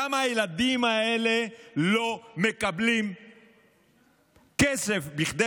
למה הילדים האלה לא מקבלים כסף כדי